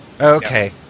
Okay